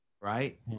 Right